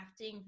crafting